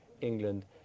England